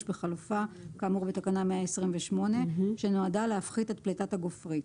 בחלופה כאמור בתקנה 128 שנועדה להפחית את פליטת הגופרית